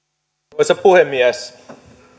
arvoisa puhemies